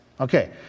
Okay